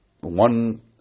one